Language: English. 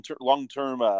long-term